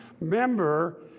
member